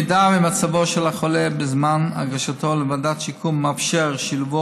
אם מצבו של החולה בזמן הגשתו לוועדת שיקום מאפשר את שילובו